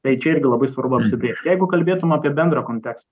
tai čia irgi labai svarbu apsibrėžt jeigu kalbėtum apie bendrą kontekstą